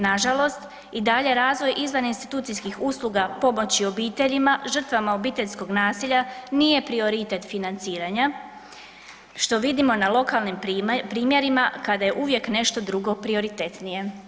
Nažalost i dalje razvoj izvan institucijskih usluga pomoći obiteljima, žrtvama obiteljskog nasilja, nije prioritet financiranja što vidimo na lokalnim primjerima kada je uvijek nešto drugo prioritetnije.